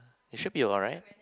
it should be alright